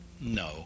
no